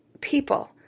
people